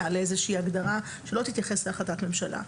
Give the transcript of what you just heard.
לאיזו שהיא הגדרה שלא תתייחס להחלטת ממשלה.